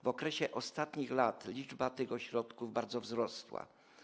W okresie ostatnich lat liczba tych ośrodków bardzo wzrosła.